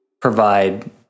provide